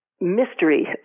mystery